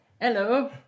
Hello